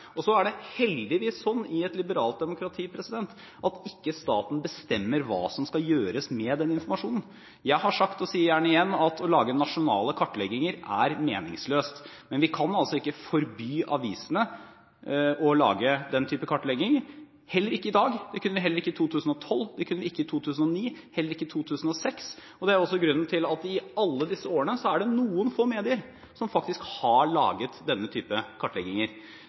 Så er det heldigvis sånn i et liberalt demokrati at staten ikke bestemmer hva som skal gjøres med denne informasjonen. Jeg har sagt – og sier gjerne igjen – at å lage nasjonale kartlegginger er meningsløst, men vi kan altså ikke forby avisene å lage den type kartlegginger, heller ikke i dag. Det kunne vi heller ikke i 2012, vi kunne det ikke i 2009 og heller ikke i 2006. Det er også grunnen til at det i alle disse årene har vært noen få medier som faktisk har laget denne type kartlegginger.